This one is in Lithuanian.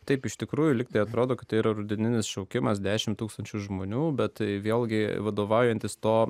taip iš tikrųjų likti atrodo kad ir rudeninis šaukimas dešimt tūkstančių žmonių bet vėlgi vadovaujantis to